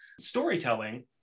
storytelling